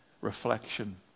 reflection